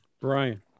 Brian